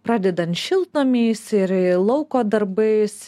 pradedant šiltnamiais ir lauko darbais